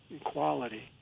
equality